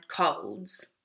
colds